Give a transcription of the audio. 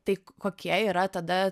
tai kokie yra tada